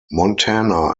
montana